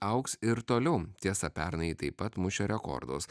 augs ir toliau tiesa pernai taip pat mušė rekordus